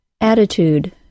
Attitude